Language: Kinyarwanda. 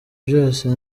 byose